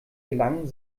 gelangen